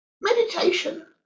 meditation